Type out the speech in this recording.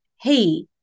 hey